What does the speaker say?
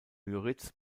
müritz